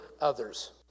others